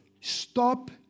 stop